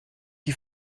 die